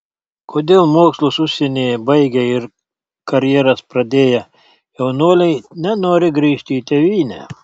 kodėl mokslus užsienyje baigę ir karjeras pradėję jaunuoliai nenori grįžti į tėvynę